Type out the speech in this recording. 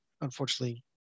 unfortunately